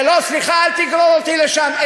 סליחה, אל תגרור אותי לשם.